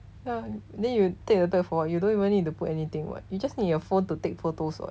ah yo~ then you take the bag for what you don't even need to put anything what you just need your phone to take photos [what]